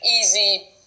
easy